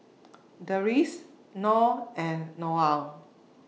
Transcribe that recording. Deris Noh and Noah